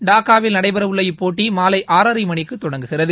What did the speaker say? டாக்காவில் நடைபெறவுள்ள இப்போட்டி மாலை ஆறரை மணிக்கு தொடங்குகிறது